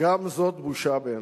גם זאת בושה בעיני.